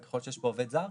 ככל שיש פה עובד זר,